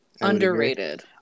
Underrated